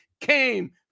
came